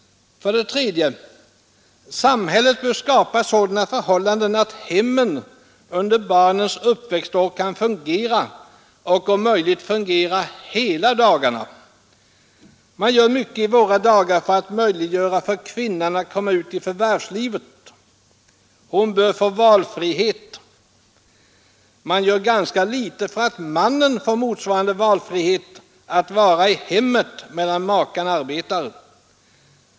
För det tredje bör samhället skapa sådana förhållanden att hemmen under barnens uppväxtår kan fungera, och om möjligt fungera hela dagarna. Man gör mycket i våra dagar för att möjliggöra för kvinnan att komma ut i förvärvslivet. Hon bör få valfrihet. Men man gör ganska litet för att mannen får motsvarande valfrihet att vara i hemmet medan makan arbetar.